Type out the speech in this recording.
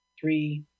three